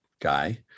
guy